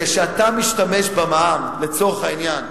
כשאתה משתמש במע"מ לצורך העניין,